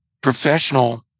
professional